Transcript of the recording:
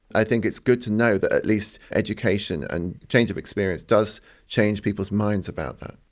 i think it's good to know that at least education and change of experience does change people's minds about that.